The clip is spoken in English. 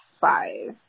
five